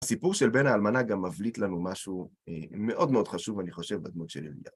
הסיפור של בן האלמנה גם מבליט לנו משהו מאוד מאוד חשוב, אני חושב, לדמות של אליה.